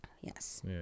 Yes